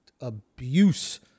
abuse